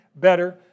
better